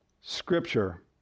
scripture